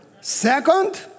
Second